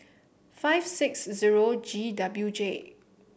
five six zero G W J